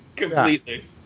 Completely